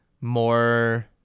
more